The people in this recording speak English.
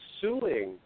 suing